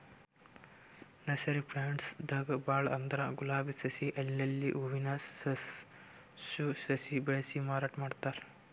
nursery plants ದಾಗ್ ಭಾಳ್ ಅಂದ್ರ ಗುಲಾಬಿ ಸಸಿ, ಲಿಲ್ಲಿ ಹೂವಿನ ಸಾಸ್, ಶೋ ಸಸಿ ಬೆಳಸಿ ಮಾರಾಟ್ ಮಾಡ್ತಾರ್